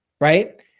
right